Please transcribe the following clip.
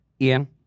Ian